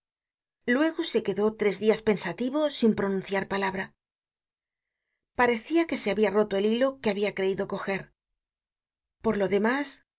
luego se quedó tres dias pensativo sin pronun ciar una palabra parecia que se habia roto el hilo que habia creido coger por lo demás